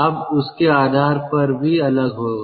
अब उसके आधार पर भी अलग होगा